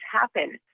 happen